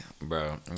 bro